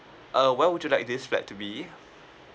uh where would you like this flat to be